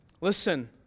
Listen